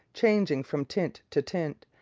changing from tint to tint,